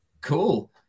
cool